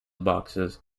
boxes